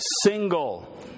Single